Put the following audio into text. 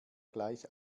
gleich